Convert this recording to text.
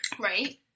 Right